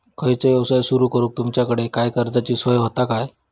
खयचो यवसाय सुरू करूक तुमच्याकडे काय कर्जाची सोय होता काय?